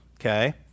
Okay